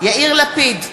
יאיר לפיד,